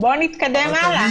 בוא נתקדם הלאה.